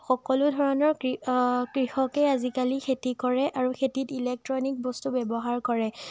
সকলো ধৰণৰ কৃ কৃষকেই আজিকালি খেতি কৰে আৰু খেতিত ইলেক্ট্ৰনিক বস্তু প্ৰয়োগ কৰে